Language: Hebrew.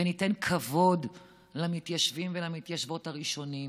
וניתן כבוד למתיישבים ולמתיישבות הראשונים.